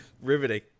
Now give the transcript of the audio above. riveting